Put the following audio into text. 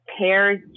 pairs